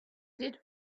did